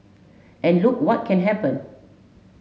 and look what can happen